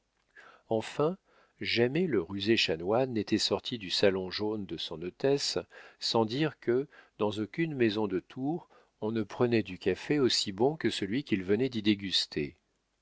enfin jamais le rusé chanoine n'était sorti du salon jaune de son hôtesse sans dire que dans aucune maison de tours on ne prenait du café aussi bon que celui qu'il venait d'y déguster